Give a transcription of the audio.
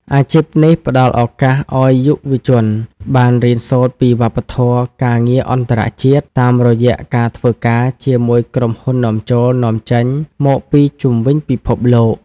អាជីពនេះផ្តល់ឱកាសឱ្យយុវជនបានរៀនសូត្រពីវប្បធម៌ការងារអន្តរជាតិ តាមរយៈការធ្វើការជាមួយក្រុមហ៊ុននាំចូល-នាំចេញមកពីជុំវិញពិភពលោក។